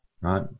right